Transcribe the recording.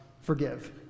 forgive